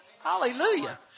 Hallelujah